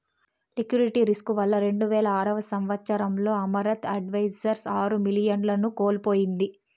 liquidity risk వల్ల రెండువేల ఆరవ సంవచ్చరంలో అమరత్ అడ్వైజర్స్ ఆరు మిలియన్లను కోల్పోయింది